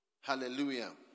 Hallelujah